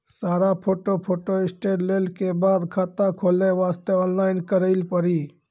सारा photo photostat लेल के बाद खाता खोले वास्ते ऑनलाइन करिल पड़ी?